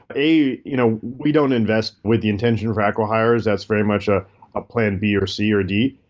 a you know we don't invest with the intention for acquihires. that's very much ah a plan b, or c, or d.